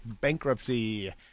bankruptcy